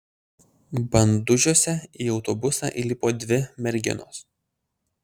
bandužiuose į autobusą įlipo dvi merginos